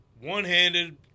one-handed